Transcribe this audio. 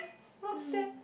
who said